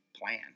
plan